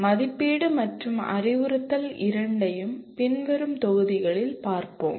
மதிப்பீடு மற்றும் அறிவுறுத்தல் இரண்டையும் பின் வரும் தொகுதிகளில் பார்ப்போம்